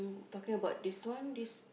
talking about this one this